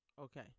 Okay